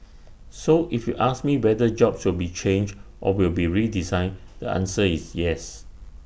so if you ask me whether jobs will be changed or will be redesigned the answer is yes